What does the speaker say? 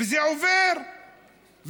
וזה עובר,